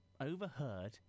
overheard